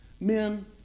Men